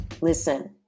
listen